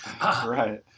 Right